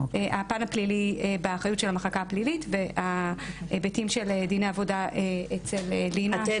הפן הפלילי באחריות של המחלקה הפלילית וההיבטים של דיני עבודה אצל לינה.